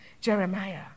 Jeremiah